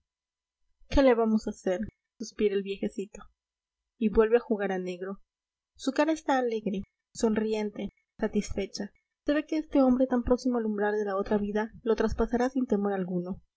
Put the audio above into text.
qué le vamos a hacer suspira el viejecito y vuelve a jugar a negro su cara está alegre sonriente satisfecha se ve que este hombre tan próximo al umbral de la otra vida lo traspasará sin temor alguno